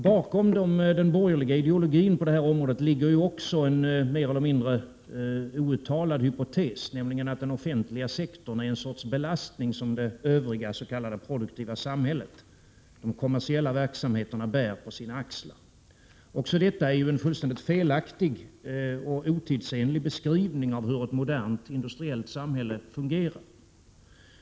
Bakom den borgerliga ideologin på det här området ligger också en mer eller mindre outtalad hypotes, nämligen att den offentliga sektorn är en sorts belastning som det övriga s.k. produktiva samhället, de kommersiella verksamheterna, bär på sina axlar. Också detta är en fullständigt felaktig och otidsenlig beskrivning av hur ett modernt industriellt samhälle fungerar.